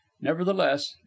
nevertheless